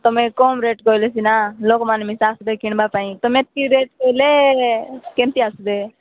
ତୁମେ କମ୍ ରେଟ୍ କହିଲେ ସିନା ଲୋକମାନେ ମିଶି ଆସିବେ କିଣିବା ପାଇଁ ତୁମେ ଏତିକି ରେଟ୍ କହିଲେ କେମିତି ଆସିବେ